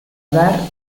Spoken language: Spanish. dar